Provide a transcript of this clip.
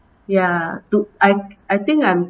ya to I I think I'm